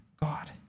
God